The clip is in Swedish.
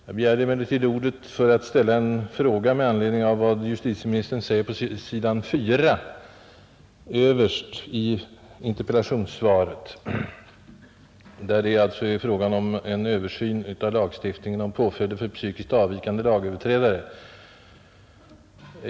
Jag begärde emellertid ordet för att ställa en fråga med anledning av vad justitieministern sade i interpellationssvaret beträffande en översyn av lagstiftningen om påföljder för psykiskt avvikande lagöverträdare.